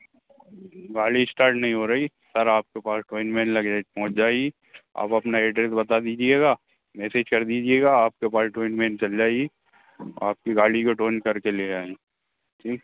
गाड़ी इस्टार्ट नहीं हो रही सर आपके पास टू इन वेन लगी में पहुँच जाएगी आप अपना एड्रेस बता दीजिएगा मैसेज कर दीजिएगा आपके पास टू इन विन चल जाएगी आपकी गाड़ी को ट्वॉन करके ले आएँ ठीक